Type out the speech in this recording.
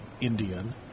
Indian